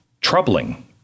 troubling